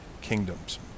kingdoms